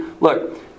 look